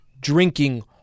drinking